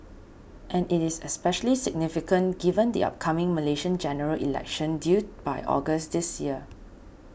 and it is especially significant given the upcoming Malaysian General Election due by August this year